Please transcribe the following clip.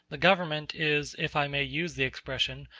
the government is, if i may use the expression,